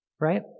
right